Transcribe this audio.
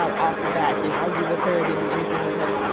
off the bat. didn't argue with her. didn't do anything with her.